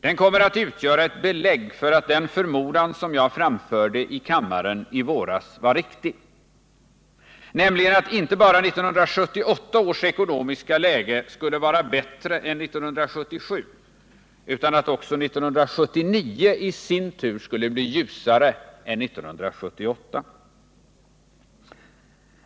Den kommer att utgöra ett belägg för att den förmodan som jag framförde i kammaren i våras var riktig — nämligen inte bara att 1978 års ekonomiska läge skulle vara bättre än 1977 års utan också att 1979 i sin tur skulle bli ljusare än 1978.